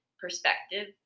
perspective